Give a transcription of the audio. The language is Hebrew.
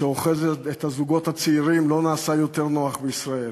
שאוחז את הזוגות הצעירים לא נעשה יותר נוח בישראל.